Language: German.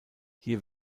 hier